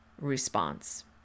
response